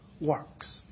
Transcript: works